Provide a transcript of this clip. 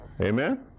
amen